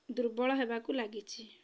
ଦୁର୍ବଳ ହେବାକୁ ଲାଗିଛି